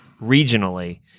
regionally